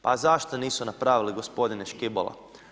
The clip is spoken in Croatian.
Pa zašto nisu napravili gospodine Škibola?